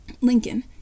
Lincoln